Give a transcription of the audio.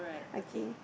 okay